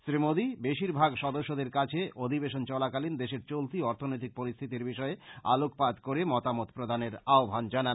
শ্রী মোদী বেশীরভাগ সদস্যদের কাছে অধিবেশন চলাকালীন দেশের চলতি অর্থনৈতিক পরিস্থিতির বিষয়ে আলোকপাত করে মতামত প্রদানের আহ্বান জানান